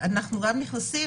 אנחנו גם נכנסים